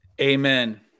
Amen